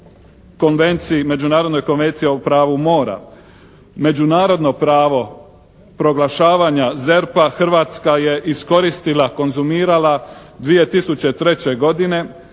međunarodnoj Konvenciji o pravu mora. Međunarodno pravo proglašavanja ZERP-a Hrvatska je iskoristila, konzumirala 2003. godine.